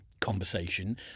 conversation